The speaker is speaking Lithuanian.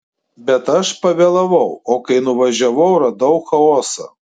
bet aš pavėlavau o kai nuvažiavau radau chaosą